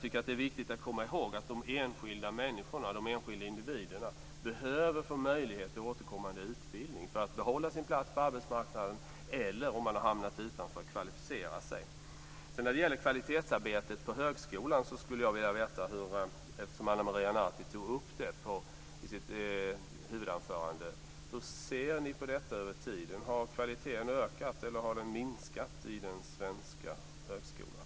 Det är viktigt att komma ihåg att de enskilda människorna, individerna, behöver få möjligheter till återkommande utbildning för att behålla sin plats på arbetsmarknaden, eller om man har hamnat utanför för att kvalificera sig. Ana Maria Narti tog upp frågan om kvalitetsarbetet på högskolan i sitt huvudanförande. Hur ser ni på kvaliteten? Har den ökat eller minskat i den svenska högskolan?